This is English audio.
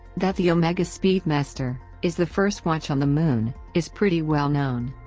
that the omega speedmaster is the first watch on the moon is pretty well known.